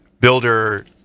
builder